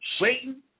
Satan